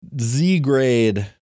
Z-grade